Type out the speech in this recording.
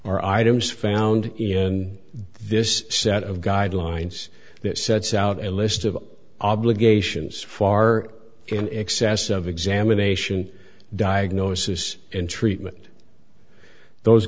are items found in this set of guidelines that sets out a list of obligations far in excess of examination diagnosis and treatment those